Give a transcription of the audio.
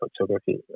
photography